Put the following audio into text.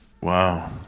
Wow